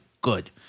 good